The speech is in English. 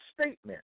statement